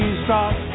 stop